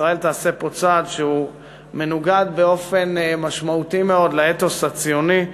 ישראל תעשה פה צעד שהוא מנוגד באופן משמעותי מאוד לאתוס הציוני,